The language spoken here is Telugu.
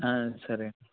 సరే